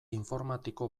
informatiko